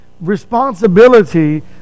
responsibility